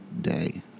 day